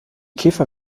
käfer